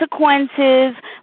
consequences